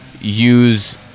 use